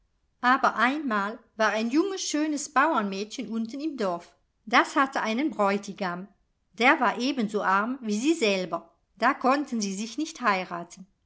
aber einmal war ein junges schönes bauernmädchen unten im dorf das hatte einen bräutigam der war ebenso arm wie sie selber da konnten sie sich nicht heiraten